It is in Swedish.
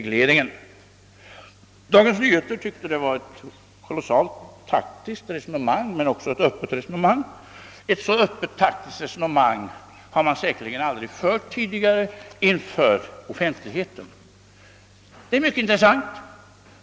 Dagens Nyheter tyckte att detta var ett ytterligt taktiskt men också öppet resonemang. Ja, ett så öppet taktiskt resonemang har man säkerligen aldrig fört tidigare inför offentligheten. Och det hela är mycket intressant.